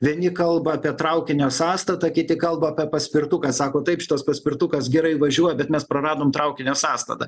vieni kalba apie traukinio sąstatą kiti kalba apie paspirtuką sako taip šitas paspirtukas gerai važiuoja bet mes praradom traukinio sąstatą